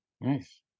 Nice